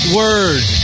word